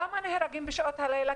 למה נהרגים בשעות הלילה?